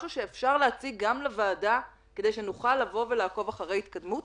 משהו שאפשר להציג גם לוועדה כדי שנוכל לעקוב אחרי ההתקדמות?